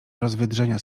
rozwydrzenia